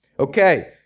Okay